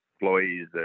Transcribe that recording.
employees